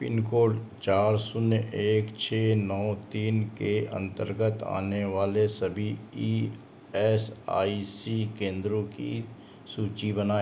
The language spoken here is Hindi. पिनकोड चार शून्य एक छ नौ तीन के अंतर्गत आने वाले सभी ई एस आई सी केंद्रों की सूची बनाएं